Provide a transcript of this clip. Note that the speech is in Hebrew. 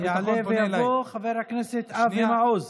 יעלה ויבוא חבר הכנסת אבי מעוז.